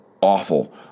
awful